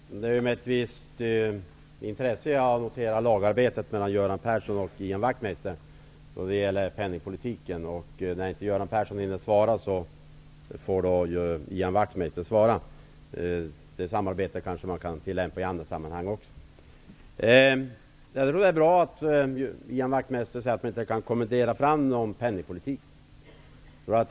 Herr talman! Det är med ett visst intresse jag noterar lagarbetet mellan Göran Persson och Ian Wachtmeister när det gäller penningpolitiken. När Göran Persson inte hinner svara får Ian Wachtmeister göra det. Det samarbetet kanske de kan tillämpa i andra sammanhang också. Det är bra att Ian Wachtmeister säger att man inte kan kommendera fram en penningpolitik.